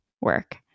work